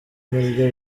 nibyo